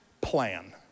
plan